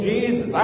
Jesus